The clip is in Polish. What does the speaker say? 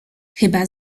chyba